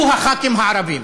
הוא הח"כים הערבים.